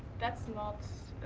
that's not